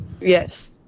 Yes